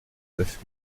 neuf